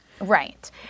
right